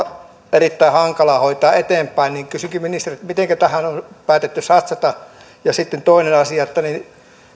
erittäin hankala hoitaa eteenpäin kysynkin ministeriltä mitenkä tähän on päätetty satsata ja sitten toinen asia